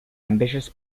ambitious